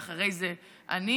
ואחרי זה אני.